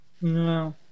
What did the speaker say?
No